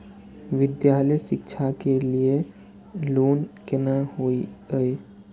विद्यालय शिक्षा के लिय लोन केना होय ये?